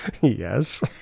Yes